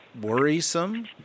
worrisome